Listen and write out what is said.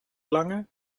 lange